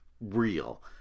real